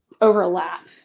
overlap